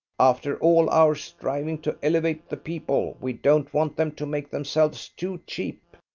after all our striving to elevate the people we don't want them to make themselves too cheap.